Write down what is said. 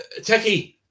techie